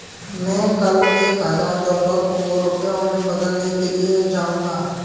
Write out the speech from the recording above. मैं कल एक हजार डॉलर को रुपया में बदलने के लिए जाऊंगा